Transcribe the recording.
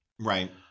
right